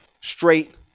straight